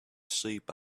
sheep